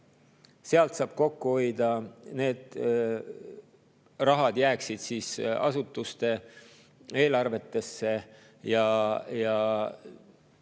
Sealt saaks kokku hoida, need rahad jääksid asutuste eelarvetesse ja